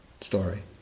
story